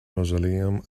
mausoleum